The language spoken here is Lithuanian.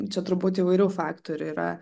čia turbūt įvairių faktorių yra